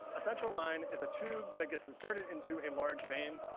a central line is a tube that gets inserted into a large vein,